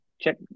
Check